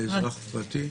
לאזרח פרטי.